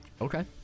Okay